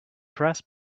dress